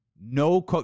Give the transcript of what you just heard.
no